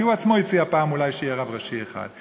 כי הוא עצמו הציע פעם שאולי יהיה רב ראשי אחד.